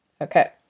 Okay